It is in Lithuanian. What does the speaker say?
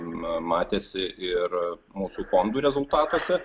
matėsi ir mūsų fondų rezultatuose